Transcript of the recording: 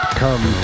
come